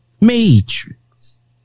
Matrix